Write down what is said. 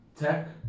tech